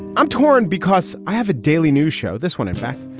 i'm torn because i have a daily news show. this one, in fact.